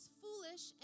foolish